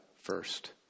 first